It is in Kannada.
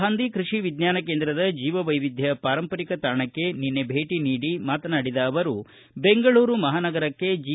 ಗಾಂಧಿ ಕೃಷಿ ವಿಜ್ಞಾನ ಕೇಂದ್ರದ ಜೀವವೈವಿಧ್ಯ ಪಾರಂಪರಿಕ ತಾಣಕ್ಕೆ ಭೇಟಿ ನೀಡಿ ಮಾತನಾಡಿದ ಅವರು ಬೆಂಗಳೂರು ಮಹಾನಗರಕ್ಕೆ ಜಿ